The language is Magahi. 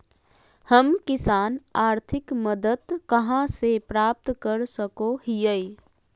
हम किसान आर्थिक मदत कहा से प्राप्त कर सको हियय?